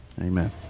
Amen